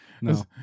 No